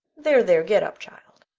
there, there, get up, child,